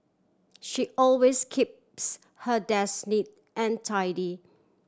she always keeps her desk neat and tidy